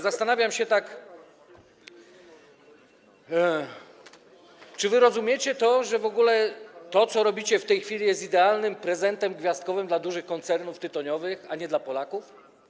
Zastanawiam się, czy wy rozumiecie, że w ogóle to, co robicie w tej chwili, jest idealnym prezentem gwiazdkowym dla dużych koncernów tytoniowych, a nie dla Polaków.